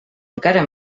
encara